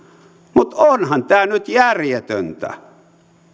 mutta onhan tämä nyt järjetöntä